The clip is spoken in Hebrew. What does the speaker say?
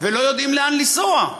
ולא יודעים לאן לנסוע.